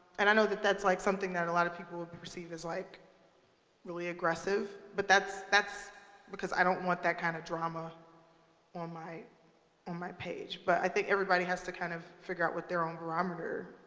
and i know that that's like something that a lot of people would perceive as like really aggressive, but that's that's because i don't want that kind of drama on my on my page. but i think everybody has to kind of figure out what their own barometer